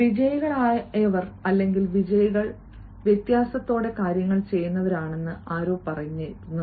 വിജയികളായവർ അല്ലെങ്കിൽ വിജയികൾ വ്യത്യാസത്തോടെ കാര്യങ്ങൾ ചെയ്യുന്നവരാണെന്ന് ആരോ പറയുന്നു